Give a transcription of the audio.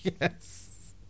Yes